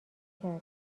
کردی